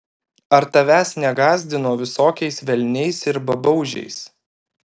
ar tavęs negąsdino visokiais velniais ir babaužiais